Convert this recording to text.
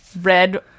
red